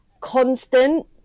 constant